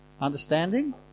Understanding